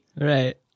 Right